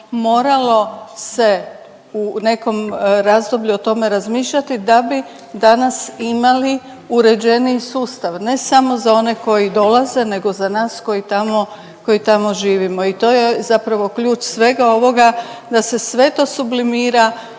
moralo se u nekom razdoblju o tome razmišljati da bi danas imali uređeniji sustav, ne samo za one koji dolaze nego za nas koji tamo, koji tamo živimo i to je zapravo ključ svega ovoga da se sve to sublimira